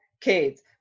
kids